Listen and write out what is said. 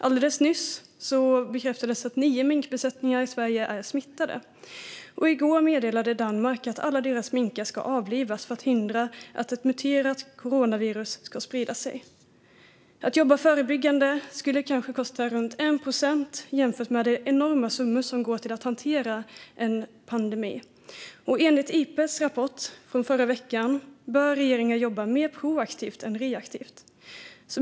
Alldeles nyss bekräftades att nio minkbesättningar i Sverige är smittade, och i går meddelade Danmark att alla deras minkar ska avlivas för att hindra att ett muterat coronavirus sprider sig. Att jobba förebyggande skulle kosta kanske 1 procent av de enorma summor som går till att hantera en pandemi, och enligt Ipbes rapport från förra veckan bör regeringen jobba mer proaktivt än reaktivt.